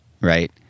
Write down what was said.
right